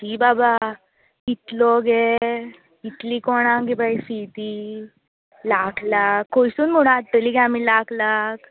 शी बाबा इतलो गे इतली कोणांग गे बाये फी ती लाक लाक खंयसून म्हणून हाडटली गे आमी लाक लाक